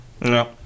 No